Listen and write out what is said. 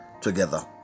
together